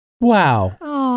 Wow